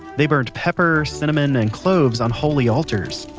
they burned pepper, cinnamon, and cloves on holy altars.